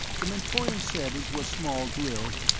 the mentorian said into a small grille,